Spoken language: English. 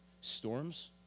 Storms